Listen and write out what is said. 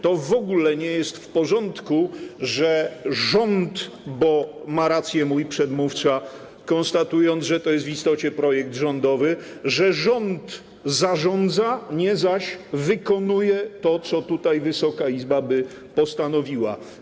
To w ogóle nie jest w porządku, że rząd - bo ma rację mój przedmówca, konstatując, że to jest w istocie projekt rządowy - zarządza, nie zaś wykonuje to, co tutaj Wysoka Izba by postanowiła.